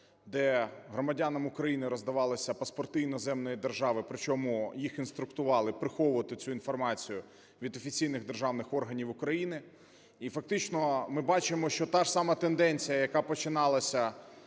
де громадянам України роздавалися паспорти іноземної держави, причому їх інструктували приховувати цю інформацію від офіційних державних органів України. І фактично ми бачимо, що та ж сама тенденція, яка починалася